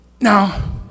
Now